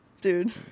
Dude